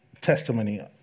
testimony